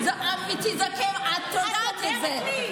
אני אספר לך.